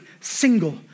single